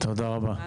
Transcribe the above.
תודה רבה.